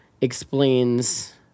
explains